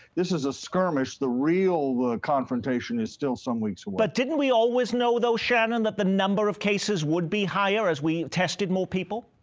this is a skirmish. the real confrontation is still some weeks away. but didn't we always know, though, shannon that the number of cases would be higher as we tested more people?